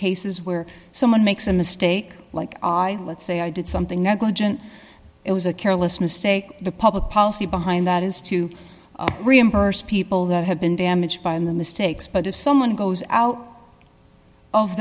cases where someone makes a mistake like i let say i did something negligent it was a careless mistake the public policy behind that is to reimburse people that have been damaged by the mistakes but if someone goes out of